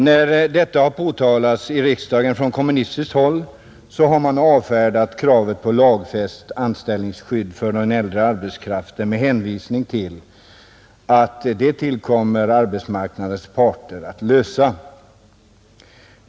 När detta har påtalats i riksdagen från kommunistiskt håll har man avfärdat kravet på lagfäst anställningsskydd för den äldre arbetskraften med hänvisning till att det ankommer på arbetsmarknadens parter att lösa det problemet.